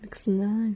looks nice